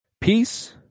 peace